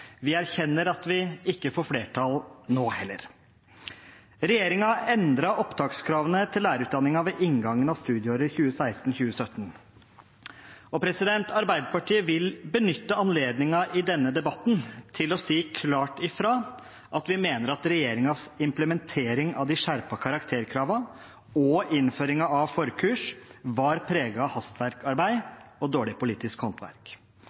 vi erkjenner at vi ikke får flertall nå heller. Regjeringen endret opptakskravene til lærerutdanningen ved inngangen av studieåret 2016–2017. Arbeiderpartiet vil benytte anledningen i denne debatten til å si klart ifra at vi mener at regjeringens implementering av de skjerpede karakterkravene og innføringen av forkurs var preget av hastverksarbeid og dårlig politisk håndverk.